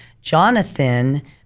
Jonathan